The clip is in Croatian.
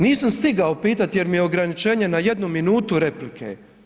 Nisam stigao pitati jer mi je ograničenje na 1 minutu replike.